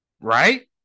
Right